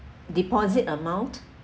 deposit amount